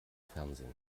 fernsehen